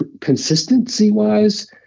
consistency-wise